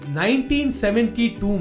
1972